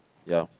ya